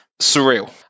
surreal